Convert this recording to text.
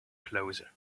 closer